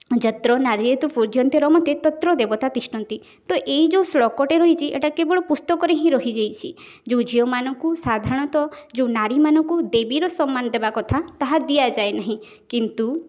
ଯତ୍ର ନାରୀ ଯତି ପୁଜ୍ୟନ୍ତେରମତେ ତତ୍ର ଦେବତା ତିଷ୍ଠତି ତ ଏଇ ଯେଉଁ ଶ୍ଳୋକ ଟି ରହିଛି ଏଇଟା କେବଳ ପୁସ୍ତକ ରେ ହିଁ ରହି ଯାଇଛି ଯେଉଁ ଝିଅ ମାନଙ୍କୁ ସାଧାରଣତଃ ଯେଉଁ ନାରୀ ମାନଙ୍କୁ ଦେବୀ ର ସମ୍ମାନ ଦବା କଥା ତାହା ଦିଆ ଯାଏ ନାହିଁ କିନ୍ତୁ